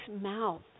mouth